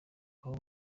aho